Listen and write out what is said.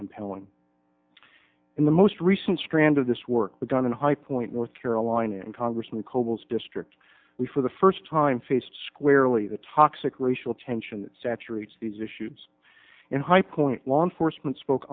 compelling in the most recent strand of this work was done in high point north carolina congressman cobol's district we for the first time faced squarely the toxic racial tension saturates these issues in high point law enforcement spoke